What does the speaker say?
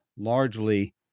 largely